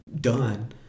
done